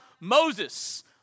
Moses